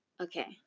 Okay